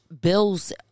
bills